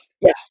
Yes